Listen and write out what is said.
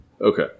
Okay